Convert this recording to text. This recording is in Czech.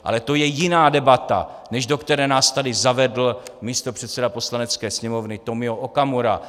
Ale to je jiná debata, než do které nás tady zavedl místopředseda Poslanecké sněmovny Tomio Okamura.